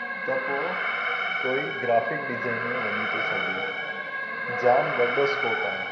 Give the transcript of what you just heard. त पोइ कोई ग्राफिक डिजाइनिंग में वञी थो सघे जाम वॾो स्कोप आहे